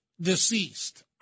deceased